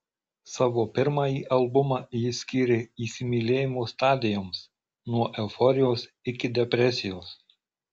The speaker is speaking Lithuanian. savo pirmąjį albumą ji skyrė įsimylėjimo stadijoms nuo euforijos iki depresijos